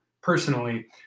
personally